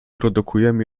produkujemy